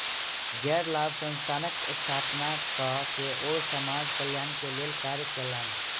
गैर लाभ संस्थानक स्थापना कय के ओ समाज कल्याण के लेल कार्य कयलैन